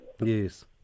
Yes